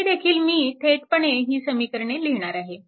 येथे देखील मी थेटपणे ही समीकरणे लिहिणार आहे